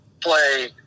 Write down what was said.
play